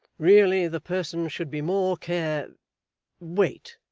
really the person should be more care-' wait!